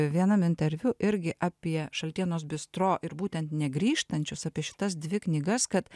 vienam interviu irgi apie šaltienos bistro ir būtent negrįžtančius apie šitas dvi knygas kad